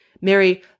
Mary